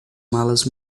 malas